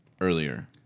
earlier